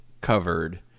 covered